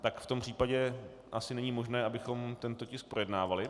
V tom případě asi není možné, abychom tento tisk projednávali.